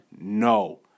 No